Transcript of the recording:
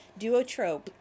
Duotrope